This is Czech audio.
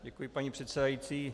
Děkuji, paní předsedající.